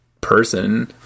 person